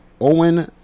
Owen